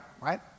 right